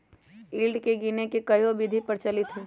yield के गीनेए के कयहो विधि प्रचलित हइ